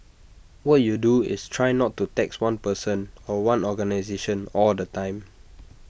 what you do is try not to tax one person or one organisation all the time